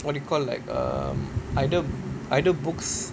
what do you call like um either either books